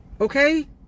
Okay